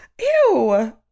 Ew